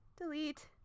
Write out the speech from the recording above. Delete